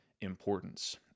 importance